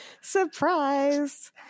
surprise